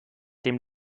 dem